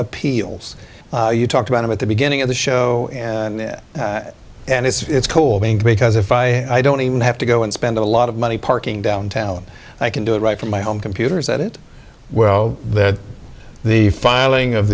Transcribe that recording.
appeals you talked about at the beginning of the show and that and it's cool because if i i don't even have to go and spend a lot of money parking downtown i can do it right from my home computers at it well that's the filing of